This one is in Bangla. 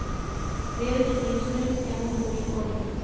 হেল্থ ইন্সুরেন্স কেমন করি করে?